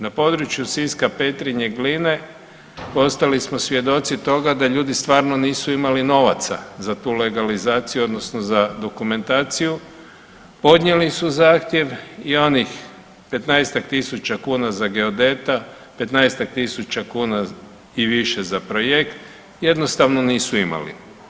Na području Siska, Petrinje i Gline postali smo svjedoci toga da ljudi stvarno nisu imali novaca za tu legalizaciju odnosno za dokumentaciju, podnijeli su zahtjev i onih 15-tak tisuća kuna za geodeta, 15-tak tisuća kuna i više za projekt, jednostavno nisu imali.